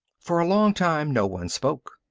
for a long time no one spoke.